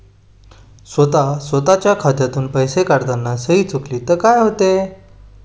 स्वतः स्वतःच्या खात्यातून पैसे काढताना सही चुकली तर काय होते?